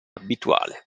abituale